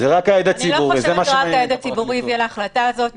אני לא חושבת שרק ההד הציבורי הביא להחלטה הזו.